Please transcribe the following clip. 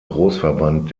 großverband